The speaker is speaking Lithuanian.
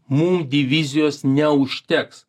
mum divizijos neužteks